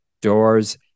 doors